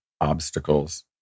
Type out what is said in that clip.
obstacles